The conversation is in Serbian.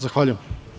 Zahvaljujem.